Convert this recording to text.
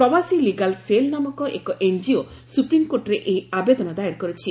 ପ୍ରବାସୀ ଲିଗାଲ୍ ସେଲ୍ନାମକ ଏକ ଏନ୍କିଓ ସୁପ୍ରିମ୍କୋର୍ଟରେ ଏହି ଆବେଦନ ଦାଏର କରିଛି